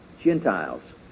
Gentiles